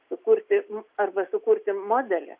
sukurti arba sukurti modelį